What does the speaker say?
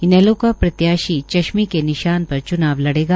इनेलो का प्रत्याशी चश्मे के निशान पर च्नाव लड़ेगा